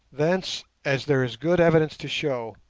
thence, as there is good evidence to show,